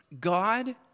God